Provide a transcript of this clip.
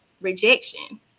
rejection